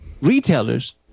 retailers